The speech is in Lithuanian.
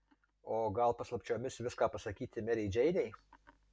o gal paslapčiomis viską pasakyti merei džeinei